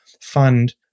fund